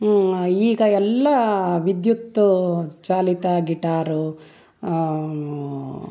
ಈಗ ಎಲ್ಲ ವಿದ್ಯುತ್ ಚಾಲಿತ ಗಿಟಾರು